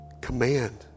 command